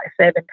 seven